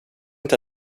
inte